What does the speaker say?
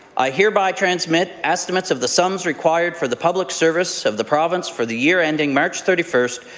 i hear by transmit estimates of the sums required for the public service of the province for the year ending march thirty first,